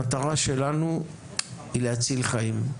המטרה שלנו היא להציל חיים.